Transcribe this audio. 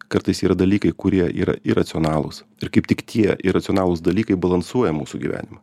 kartais yra dalykai kurie yra iracionalūs ir kaip tik tie iracionalūs dalykai balansuoja mūsų gyvenimą